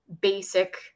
basic